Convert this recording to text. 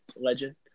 legend